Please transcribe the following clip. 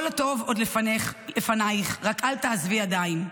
כל הטוב עוד לפנייך, רק אל תעזבי ידיים.